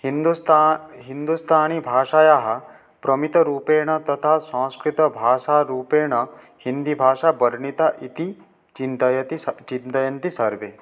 हिन्दुस्ता हिन्दुस्थानिभाषायाः प्रमितरूपेण तथा संस्कृतभाषारूपेण हिन्दीभाषा वर्णिता इति चिन्तयति चिन्तयन्ति सर्वे